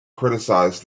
criticized